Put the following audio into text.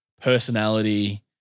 personality